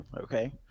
okay